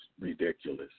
ridiculous